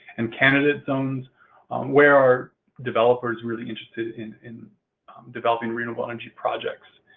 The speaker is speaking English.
and candidate zones where are developers really interested in in developing renewable energy projects?